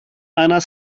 einer